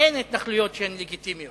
אין התנחלויות שהן לגיטימיות.